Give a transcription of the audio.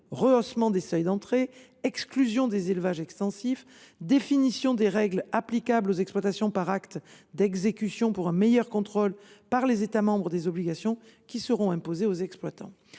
rehaussement des seuils d’entrée, exclusion des élevages extensifs, définition des règles applicables aux exploitations par acte d’exécution pour un meilleur contrôle par les États membres des obligations qui seront imposées aux exploitants.